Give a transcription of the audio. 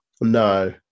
no